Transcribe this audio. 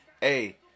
hey